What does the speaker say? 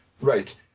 Right